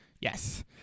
Yes